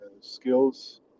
skills